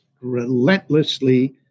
relentlessly